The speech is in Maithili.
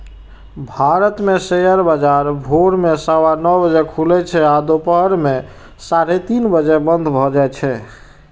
भारत मे शेयर बाजार भोर मे सवा नौ बजे खुलै छै आ दुपहर मे साढ़े तीन बजे बंद भए जाए छै